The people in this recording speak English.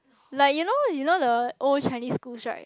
like you know you know the old Chinese schools right